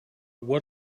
what